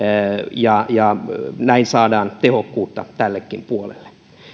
ja ja näin saadaan tehokkuutta tällekin puolelle